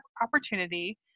opportunity